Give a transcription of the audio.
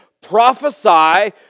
prophesy